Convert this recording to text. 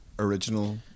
original